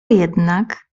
jednak